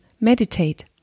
meditate